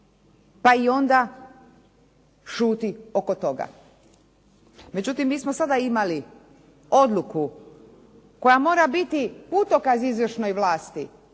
pa i onda šuti oko toga. Međutim, mi smo sada imali odluku koja mora biti putokaz izvršnoj vlasti